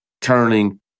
turning